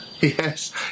yes